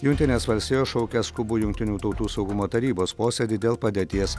jungtinės valstijos šaukia skubų jungtinių tautų saugumo tarybos posėdį dėl padėties